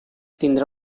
tindrà